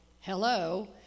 hello